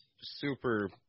super